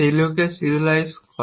সেগুলিকে সিরিয়ালাইজ করে